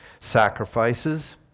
Sacrifices